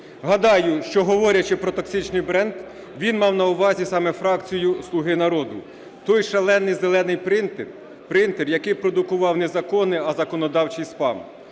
увазі що, говорячи про токсичний бренд, він мав на увазі саме фракцію "Слуги народу", той шалений зелений принтер, який продукував не закони, а законодавчий спам.